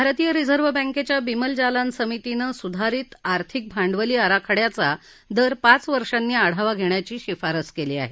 भारतीय रिझर्व्ह बँकेच्या बीमल जालान समितीनं सुधारित आर्थिक भांडवली आराखड्याचा दर पाच वर्षांनी आढावा घेण्याची शिफारस केली आहे